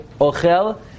ochel